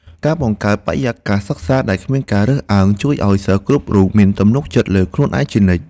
ការបង្កើតបរិយាកាសសិក្សាដែលគ្មានការរើសអើងជួយឱ្យសិស្សគ្រប់រូបមានទំនុកចិត្តលើខ្លួនឯងជានិច្ច។